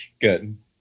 Good